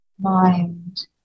Mind